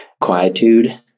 quietude